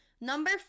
Number